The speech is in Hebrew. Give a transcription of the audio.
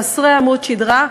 חסרי עמוד שדרה,